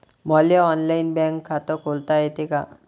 मले online bank खात खोलता येते का?